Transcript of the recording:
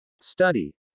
Study